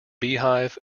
beehive